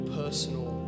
personal